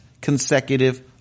consecutive